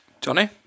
Johnny